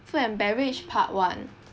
food and beverage part one